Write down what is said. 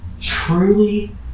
truly